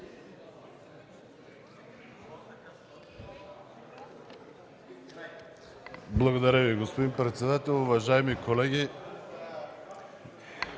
Благодаря Ви, господин председател. Уважаеми колеги,